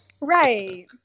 right